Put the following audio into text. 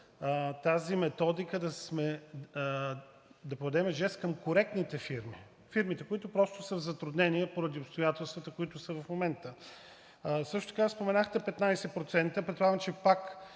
тази методика да подадем жест към коректните фирми – фирмите, които просто са в затруднение поради обстоятелствата, които са в момента. Също така споменахте 15%. Предполагам, че пак